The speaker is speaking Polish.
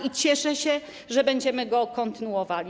I cieszę się, że będziemy to kontynuowali.